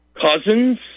cousins